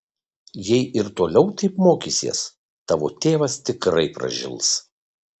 jei ir toliau taip mokysies tavo tėvas tikrai pražils